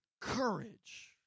courage